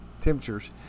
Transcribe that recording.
temperatures